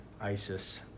ISIS